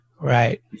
right